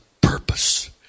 purpose